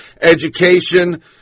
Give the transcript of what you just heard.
education